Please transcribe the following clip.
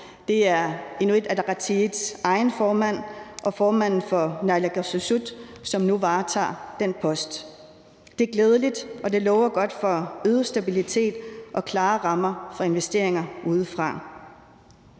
Det er Inuit Ataqatigiits egen formand og formand for naalakkersuisut, som nu varetager den post. Det er glædeligt, og det lover godt for øget stabilitet og klare rammer for investeringer udefra.